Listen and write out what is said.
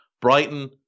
Brighton